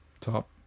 Top